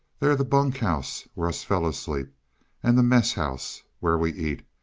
they're the bunk house where us fellows sleep and the mess house, where we eat,